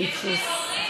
אנשים באו במיוחד לוועדות,